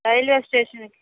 railway station